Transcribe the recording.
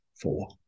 four